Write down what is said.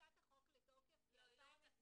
כניסת החוק לתוקף ב-2020.